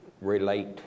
relate